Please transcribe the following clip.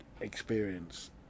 experience